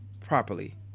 properly